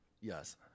Yes